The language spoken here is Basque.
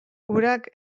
urak